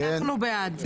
אנחנו בעד.